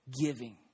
giving